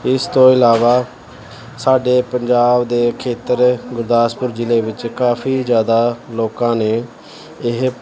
ਇਸ ਤੋਂ ਇਲਾਵਾ ਸਾਡੇ ਪੰਜਾਬ ਦੇ ਖੇਤਰ ਗੁਰਦਾਸਪੁਰ ਜ਼ਿਲ੍ਹੇ ਵਿੱਚ ਕਾਫੀ ਜ਼ਿਆਦਾ ਲੋਕਾਂ ਨੇ ਇਹ